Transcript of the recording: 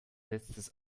letztes